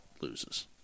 loses